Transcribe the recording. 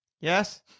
Yes